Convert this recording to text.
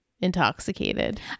intoxicated